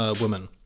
woman